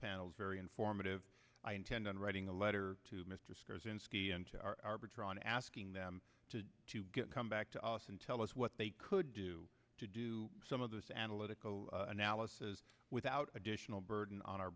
panels very informative i intend on writing a letter to mr ron asking them to come back to us and tell us what they could do to do some of this analytical analysis without additional burden on our